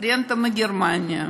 הרנטה מגרמניה.